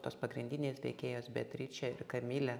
tos pagrindinės veikėjos beatričė ir kamilė